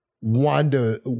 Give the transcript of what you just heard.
Wanda